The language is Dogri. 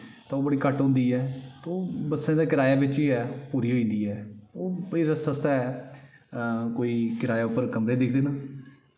तां ओह् बड़ी घट्ट होंदी ऐ तो बस्सै दे किराये बिच गै पूरी होई जंदी ऐ ओह् इस आस्तै कोई किराये पर कमरे दिक्खदे न